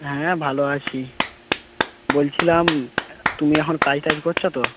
হ্যাঁ হ্যাঁ ভালো আছি বলছিলাম তুমি এখন কাজ টাজ করছ তো